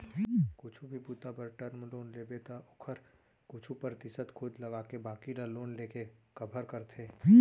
कुछु भी बूता बर टर्म लोन लेबे त ओखर कुछु परतिसत खुद लगाके बाकी ल लोन लेके कभर करथे